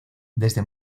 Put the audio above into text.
desde